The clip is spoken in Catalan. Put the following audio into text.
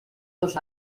dos